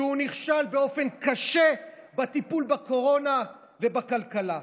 שהוא נכשל באופן קשה בטיפול בקורונה ובכלכלה.